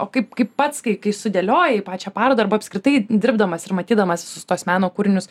o kaip kaip pats kai sudėliojai pačią parodą arba apskritai dirbdamas ir matydamas visus tuos meno kūrinius